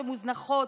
שמוזנחות,